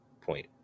point